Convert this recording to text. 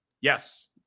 Yes